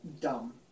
Dumb